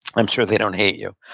i'm sure they don't hate you.